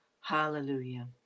hallelujah